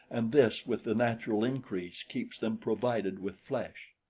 and this with the natural increase keeps them provided with flesh.